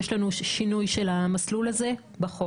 יש לנו שינוי של המסלול הזה בחוק.